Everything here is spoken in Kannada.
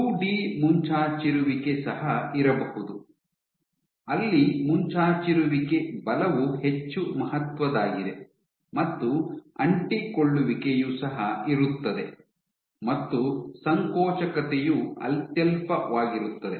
ಟೂಡಿ ಮುಂಚಾಚಿರುವಿಕೆ ಸಹ ಇರಬಹುದು ಅಲ್ಲಿ ಮುಂಚಾಚಿರುವಿಕೆ ಬಲವು ಹೆಚ್ಚು ಮಹತ್ವದ್ದಾಗಿದೆ ಮತ್ತು ಅಂಟಿಕೊಳ್ಳುವಿಕೆಯು ಸಹ ಇರುತ್ತದೆ ಮತ್ತು ಸಂಕೋಚಕತೆಯು ಅತ್ಯಲ್ಪವಾಗಿರುತ್ತದೆ